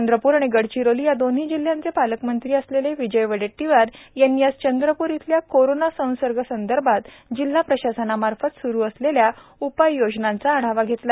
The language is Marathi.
चंद्रपूर व गडचिरोली या दोन्ही जिल्ह्यांचे पालकमंत्री असलेले विजय वडेट्टीवार यांनी आज चंद्रपूर येथील कोरोना संसर्ग संदर्भात जिल्हा प्रशासनामार्फत स्रू असलेल्या उपाययोजनांचा आढावा घेतला